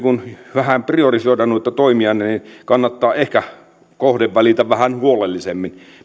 vähän priorisoida noita toimianne niin kannattaa ehkä kohde valita vähän huolellisemmin